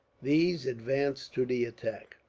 these advanced to the attack.